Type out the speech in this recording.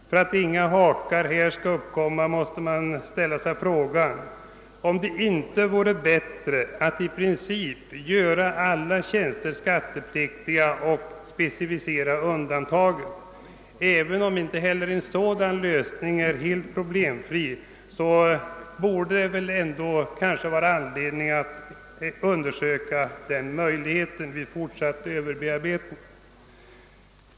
För att inga hakar härvidlag skall uppkomma måste man fråga sig, om det inte vore bättre att i princip göra alla tjänster skattepliktiga och specificera undantagen. Även om inte heller en sådan lösning är helt problemfri, borde det kunna finnas anledning att undersöka den möjligheten vid fortsatt överarbetning.